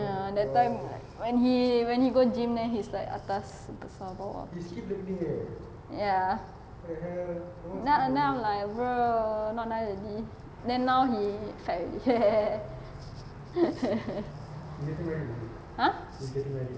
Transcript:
ya that time when he when he go gym then he's like atas besar bawah ya then I'm I'm like bro not nice already then now he like fat already !huh!